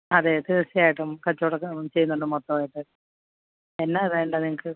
അതെ തീർച്ചയായിട്ടും കച്ചവടമൊക്കെ ചെയ്യുന്നുണ്ട് മൊത്തമായിട്ട് എന്നാ വേണ്ടേ നിങ്ങള്ക്ക്